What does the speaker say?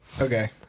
Okay